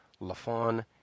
Lafon